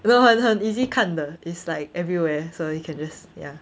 no 很很 easy 看的 is like everywhere so you can just ya